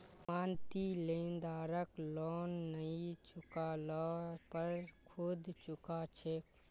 जमानती लेनदारक लोन नई चुका ल पर खुद चुका छेक